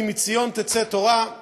"כי מציון תצא תורה",